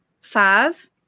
five